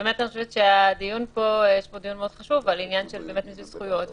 ובאמת אני חושבת שהדיון פה מאוד על עניין של מיצוי זכויות ונגישות,